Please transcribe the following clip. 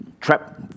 trap